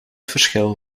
verschil